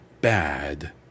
bad